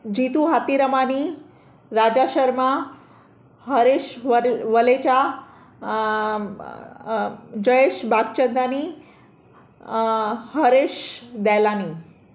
जीतू हातीरमानी राजा शर्मा हरेश वर वलेचा जयेश भागचंदानी हरेश देहलानी